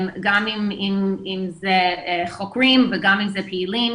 גם אם זה חוקרים וגם אם זה פעילים,